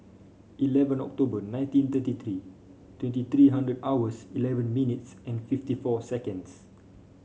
eleven October nineteen thirty three twenty three hundred hours eleven minutes and fifty four seconds